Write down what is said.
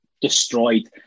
destroyed